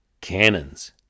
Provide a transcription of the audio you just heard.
Cannons